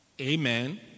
Amen